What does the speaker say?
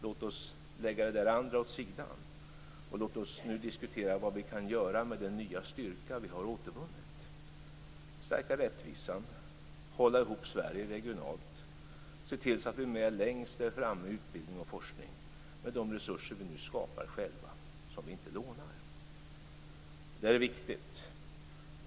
Låt oss lägga det andra åt sidan. Låt oss nu diskutera vad vi kan göra med den styrka vi har återvunnit. Låt oss stärka rättvisan, hålla ihop Sverige regionalt, se till att vi är med längst fram när det gäller utbildning och forskning med de resurser som vi nu skapar själva och inte lånar. Det är viktigt.